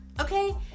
Okay